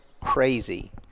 crazy